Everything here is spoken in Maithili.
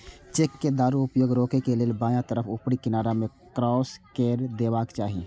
चेक के दुरुपयोग रोकै लेल बायां तरफ ऊपरी किनारा मे क्रास कैर देबाक चाही